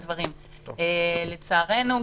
לצערנו,